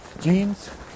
Jeans